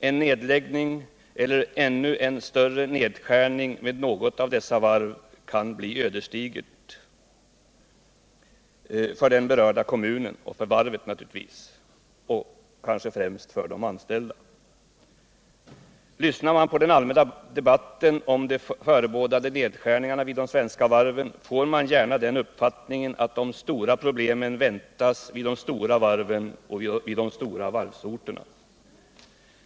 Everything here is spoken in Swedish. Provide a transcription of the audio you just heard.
En nedläggning eller ännu en stor nedskärning vid något av dessa varv kan bli ödesdiger för den berörda kommunen och framför allt för de anställda. Lyssnar man på den allmänna debatten om de förebådade nedskärningarna vid de svenska varven får man gärna den uppfattningen att de stora problemen väntas vid de stora varven och på de stora varvsorterna.